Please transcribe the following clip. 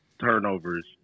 turnovers